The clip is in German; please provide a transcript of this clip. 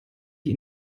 die